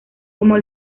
como